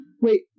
Wait